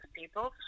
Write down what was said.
people